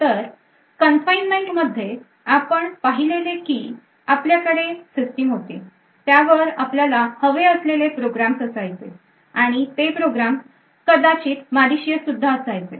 तर confinement मध्ये आपण पाहिलेले की आपल्याकडे सिस्टीम होती त्यावर आपल्याला हवे असलेले प्रोग्राम्स असायचे आणि ते प्रोग्राम कदाचित malicious सुद्धा असायचे